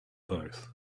both